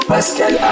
Pascal